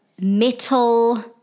metal